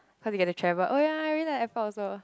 cause you get to travel oh ya I really like airport also